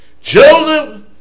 Joseph